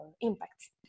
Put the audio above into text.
impacts